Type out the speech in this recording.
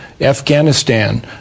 Afghanistan